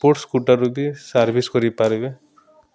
sports କୁଟାରୁ ବି service କରିପାରିବେ